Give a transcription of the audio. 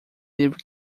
livro